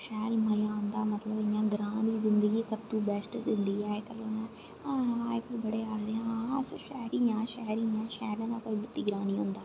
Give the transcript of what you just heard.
शैल मजा औंदा मतलब इ'यां ग्रां दी जिंदगी सब तू बैस्ट जिंदगी ऐ अजकल बड़े आखदे हैन अस शैह्री हां शैह्री हां शैह्रे दा कोई बतीरा नेईं होंदा